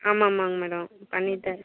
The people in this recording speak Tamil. ஆமாம் ஆமாங்க மேடம் பண்ணித் த